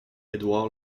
édouard